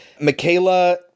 Michaela